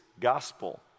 gospel